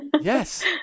yes